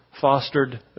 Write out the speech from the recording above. fostered